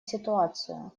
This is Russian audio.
ситуацию